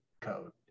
code